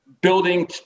building